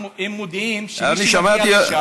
הם מודיעים שמי שמגיע לשם,